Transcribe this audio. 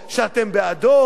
שאתם בעדו,